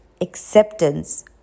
acceptance